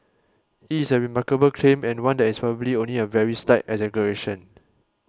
it is a remarkable claim and one that is probably only a very slight exaggeration